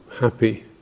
happy